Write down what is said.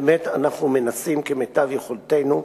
באמת אנחנו מנסים כמיטב יכולתנו,